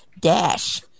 Dash